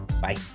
Bye